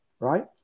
right